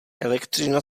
elektřina